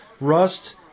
Rust